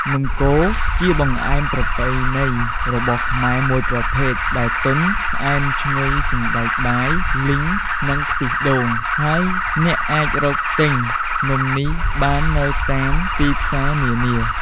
នំកូរជាបង្អែមប្រពៃណីរបស់ខ្មែរមួយប្រភេទដែល ទន់ ផ្អែមឈ្ងុយសណ្ដែកបាយលីង និងខ្ទិះដូង ហើយអ្នកអាចរកទិញនំនេះបាននៅតាមទីផ្សារនានា។